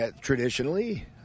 traditionally